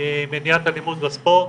מניעת אלימות בספורט,